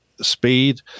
Speed